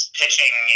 pitching